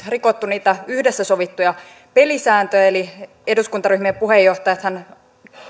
rikottu niitä yhdessä sovittuja pelisääntöjä eli eduskuntaryhmien puheenjohtajathan joulukuussa kaksituhattayksitoista